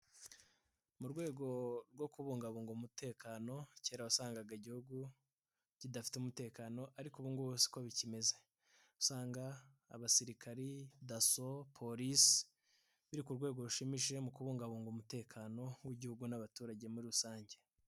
Mu rwego rwo kubungabunga umutekano, kera wasangaga igihugu kidafite umutekano ariko ubu ngo si ko bikimeze, usanga abasirikari, daso, polise biri ku rwego rushimishije mu kubungabunga umutekano w'igihugu n'abaturage muri rusange.